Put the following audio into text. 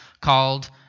called